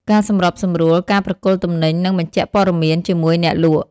ការសម្របសម្រួលការប្រគល់ទំនិញ និងបញ្ជាក់ព័ត៌មាន ជាមួយអ្នកលក់។